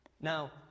Now